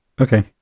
Okay